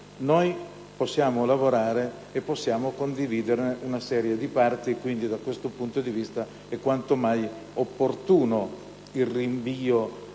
noi possiamo lavorare e condividere una serie di punti, ragion per cui, da questo punto di vista, è quanto mai opportuno il rinvio